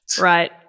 Right